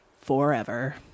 forever